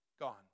gone